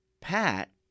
Pat